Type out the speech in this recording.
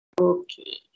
Okay